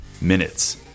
minutes